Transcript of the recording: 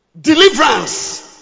deliverance